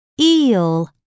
eel